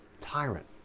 tyrant